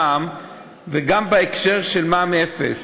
וגם בהקשר של מע"מ אפס,